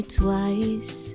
twice